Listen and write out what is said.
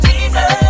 Jesus